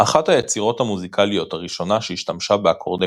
אחת היצירות המוזיקליות הראשונות שהשתמשה באקורדי